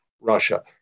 Russia